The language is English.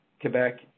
Quebec